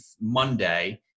Monday